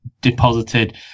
deposited